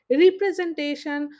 representation